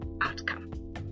outcome